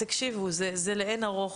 תקשיבו, זה לאין ערוך,